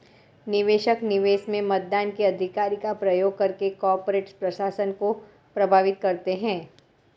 निवेशक, निवेश में मतदान के अधिकार का प्रयोग करके कॉर्पोरेट प्रशासन को प्रभावित करते है